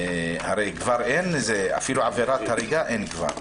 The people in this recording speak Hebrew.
הרי אפילו עבירת הריגה כבר אין.